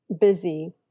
busy